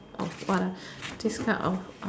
of what ah this kind of uh